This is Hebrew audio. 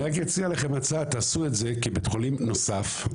רק אציע לכם הצעה: תעשו את זה כבית חולים נוסף.